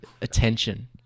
attention